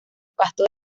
pasto